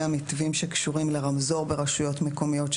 המתווים שקשורים לרמזור ברשויות מקומיות,